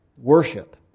worship